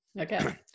okay